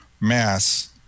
mass